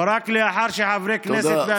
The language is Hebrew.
ורק לאחר שחברי כנסת תודה.